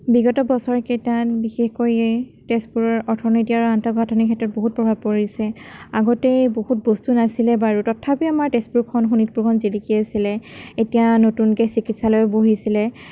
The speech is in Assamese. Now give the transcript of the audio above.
বিগত বছৰকেইটাত বিশেষকৈ এই তেজপুৰৰ অৰ্থনীতি আৰু আন্তঃগাঁথনি ক্ষেত্ৰত বহুত প্ৰভাৱ পৰিছে আগতে বহুত বস্তু নাছিলে বাৰু তথাপিও আমাৰ তেজপুৰখন শোণিতপুৰখন জিলিকি আছিলে এতিয়া নতুনকৈ চিকিৎসালয়ো বহিছিলে